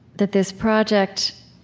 that this project